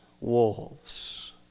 wolves